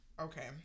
Okay